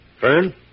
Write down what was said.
Fern